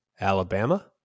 Alabama